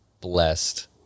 blessed